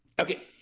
Okay